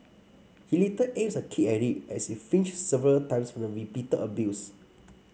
he later aims a kick at it as it flinches several times from the repeated abuse